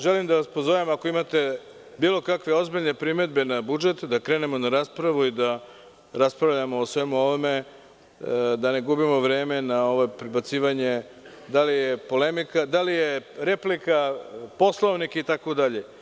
Želim da vas pozovem ako imate bilo kakve ozbiljne primedbe na budžet, da krenemo na raspravu i da raspravljamo o svemu ovome, da ne gubimo vreme na prebacivanje da li je polemika, replika, Poslovnik itd.